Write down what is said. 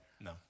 No